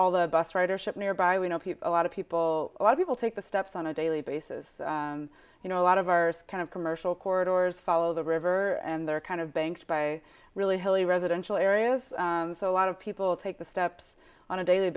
all the bus rider ship nearby we know people lot of people a lot of people take the steps on a daily basis you know a lot of our kind of commercial court orders follow the river and they're kind of banked by really hilly residential areas so a lot of people take the steps on a daily